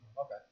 Okay